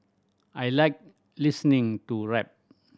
I like listening to rap